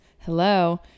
hello